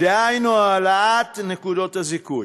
דהיינו העלאת נקודות הזיכוי.